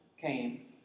came